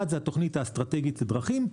1. התוכנית האסטרטגית דרכים,